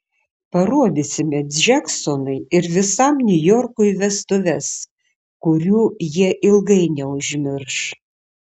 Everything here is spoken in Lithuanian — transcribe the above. parodysime džeksonui ir visam niujorkui vestuves kurių jie ilgai neužmirš